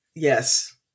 Yes